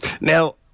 Now